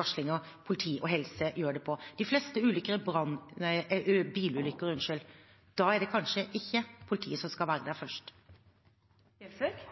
varslinger politi og helsevesen rykker ut til. De fleste ulykker er bilulykker. Da er det kanskje ikke politiet som skal være der først. Det blir oppfølgingsspørsmål – først Sigbjørn Gjelsvik.